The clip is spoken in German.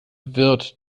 wird